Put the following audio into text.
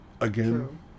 Again